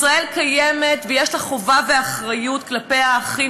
ישראל קיימת ויש לה חובה ואחריות כלפי האחים